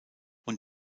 und